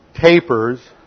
tapers